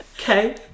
okay